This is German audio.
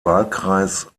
wahlkreis